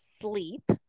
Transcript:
sleep